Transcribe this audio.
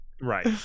right